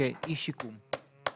כאיש שיקום.